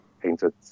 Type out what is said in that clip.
painted